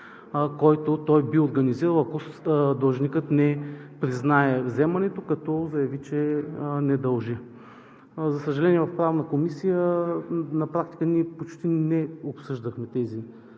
който той би организирал, ако длъжникът не признае вземането, като заяви, че не дължи. За съжаление в Правна комисия на практика ние почти не обсъждахме тези